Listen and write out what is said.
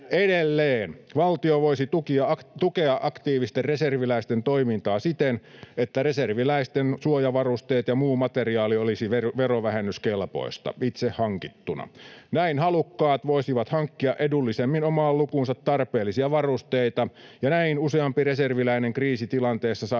Edelleen valtio voisi tukea aktiivisten reserviläisten toimintaa siten, että reserviläisten suojavarusteet ja muu materiaali olisivat verovähennyskelpoisia itse hankittuna. Näin halukkaat voisivat hankkia edullisemmin omaan lukuunsa tarpeellisia varusteita, ja näin useampi reserviläinen kriisitilanteessa saisi